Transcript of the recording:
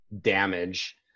damage